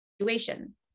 situation